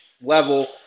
level